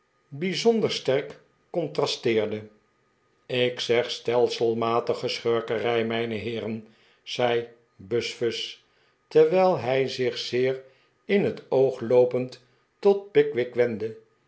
zonder sterk contrasteerde ik zeg stelselmatige schurkerij mijne heeren zei biizfuz terwijl hij zich zeer in het oog loopend tot pickwick wendde